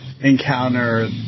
encounter